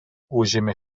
užėmė